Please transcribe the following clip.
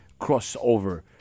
crossover